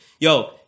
yo